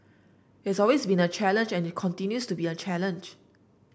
it's always been a challenge and it continues to be a challenge